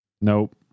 Nope